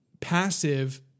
passive